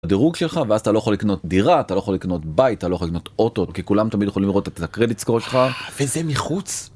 הדירוג שלך, ואז אתה לא יכול לקנות דירה, אתה לא יכול לקנות בית, אתה לא יכול לקנות אוטו, כי כולם תמיד יכולים לראות את הקרדיט סקור שלך, וזה מחוץ.